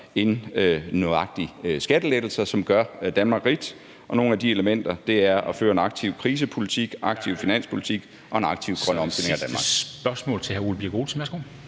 lige nøjagtig skattelettelser, som gør Danmark rigt, og nogle af de elementer er at føre en aktiv krisepolitik, en aktiv finanspolitik og en aktiv politik for en grøn omstilling af Danmark. Kl. 13:25 Formanden